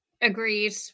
Agreed